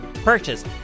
purchase